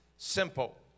Simple